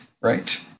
right